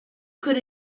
could